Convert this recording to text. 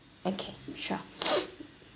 okay sure